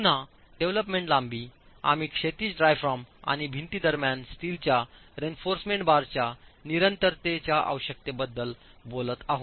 पुन्हा डेव्हलपमेंट लांबी आम्ही क्षैतिज डायाफ्राम आणि भिंती दरम्यान स्टीलच्या रेइन्फॉर्समेंट बारच्या निरंतरतेच्या आवश्यकतेबद्दल बोलत आहोत